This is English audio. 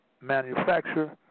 manufacture